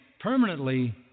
permanently